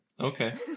okay